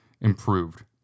improved